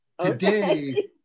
Today